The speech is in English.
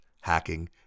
hacking